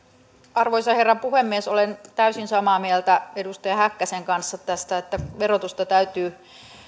arvoisa herra puhemies olen täysin samaa meiltä edustaja häkkäsen kanssa tästä että verotusta täytyy